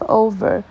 over